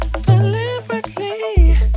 Deliberately